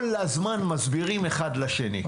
כל הזמן מסבירים אחד לשני,